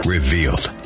Revealed